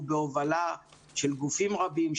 הוא בהובלה של גופים רבים,